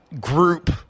group